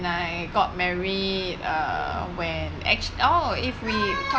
and I got married uh when act~ or if we go